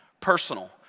Personal